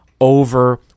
over